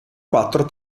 quattro